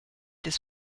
des